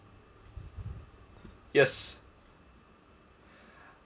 yes